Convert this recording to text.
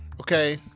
okay